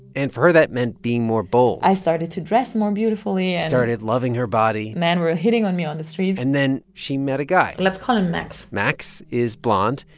and for her, that meant being more bold i started to dress more beautifully, and. started loving her body. men were hitting on me on the street and then she met a guy let's call him max max is blond.